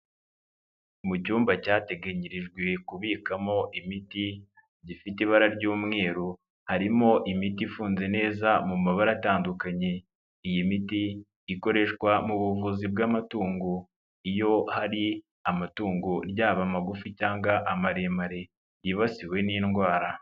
Mu cyumba cyateganyirijwe kubikamo imiti, gifite ibara ry'umweru, harimo imiti ifunze neza mu mabara atandukanye. Iyi miti ikoreshwa mu buvuzi bw'amatungo iyo hari amatungo yaba amagufi cyangwa maremare yibasiwe n'indwara.